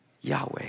Yahweh